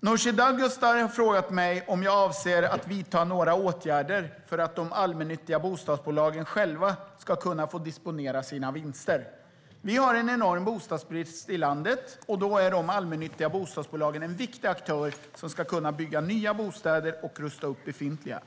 Nooshi Dadgostar har frågat mig om jag avser att vidta några åtgärder för att de allmännyttiga bostadsbolagen själva ska kunna få disponera sina vinster. Vi har en enorm bostadsbrist i landet. Då är de allmännyttiga bostadsbolagen en viktig aktör. De ska kunna bygga nya bostäder och rusta upp befintliga.